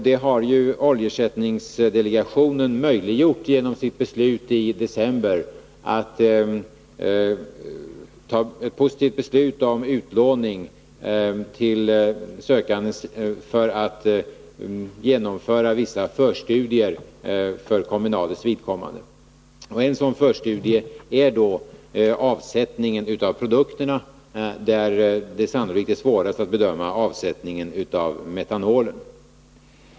Det har ju oljeersättningsfonden möjliggjort genom sitt positiva beslut i december om utlåning till sökande för genomförande av vissa förstudier för kombinatets vidkommande. En sådan förstudie gäller avsättningen av produkterna. Sannolikt är det bland dessa svårast att bedöma avsättningen av metanolen.